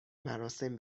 مراسم